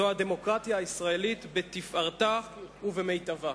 זו הדמוקרטיה הישראלית בתפארתה ובמיטבה.